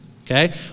okay